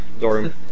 dorm